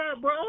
bro